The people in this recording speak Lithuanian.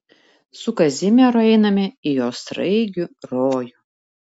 su kazimieru einame į jo sraigių rojų